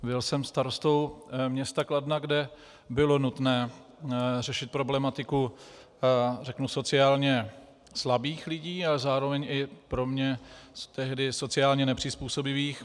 Byl jsem starostou města Kladna, kde bylo nutné řešit problematiku sociálně slabých lidí a zároveň i pro mě tehdy sociálně nepřizpůsobivých.